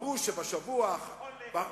נכון לאתמול,